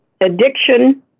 addiction